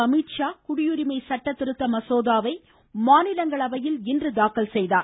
அமித்ஷா குடியுரிமை சட்டத் திருத்த மசோதாவை மாநிலங்களவையில் இன்று தாக்கல் செய்தார்